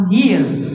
years